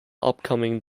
upcoming